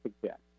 suggest